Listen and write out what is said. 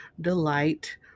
delight